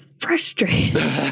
frustrating